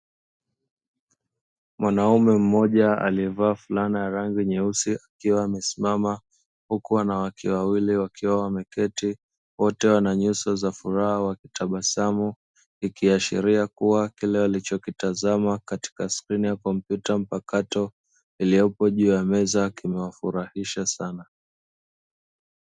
Mwanaume mmoja aliyevaa fulana ya rangi nyeusi akiwa amesimama, huku wanawake wawili wakiwa wameketi wote wana nyuso za furaha wakitabasamu, ikiashiria kuwa kile walichokitazama katika skrini ya kompyuta mpakato iliyopo juu ya meza kimewafurahisha sana.